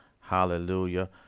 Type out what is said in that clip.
Hallelujah